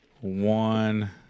one